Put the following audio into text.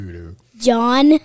John